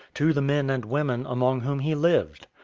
to the men and women among whom he lived.